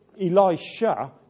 Elisha